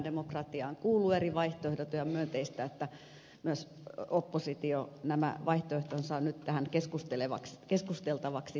demokratiaan kuuluu eri vaihtoehdot ja on myönteistä että myös oppositio nämä vaihtoehtonsa nyt tähän keskusteltavaksi on tuonut